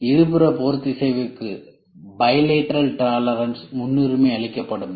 இருபுற பொறுத்திசைவுக்கு முன்னுரிமை அளிக்கப்பட வேண்டும்